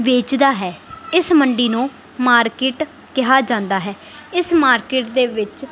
ਵੇਚਦਾ ਹੈ ਇਸ ਮੰਡੀ ਨੂੰ ਮਾਰਕਿਟ ਕਿਹਾ ਜਾਂਦਾ ਹੈ ਇਸ ਮਾਰਕੀਟ ਦੇ ਵਿੱਚ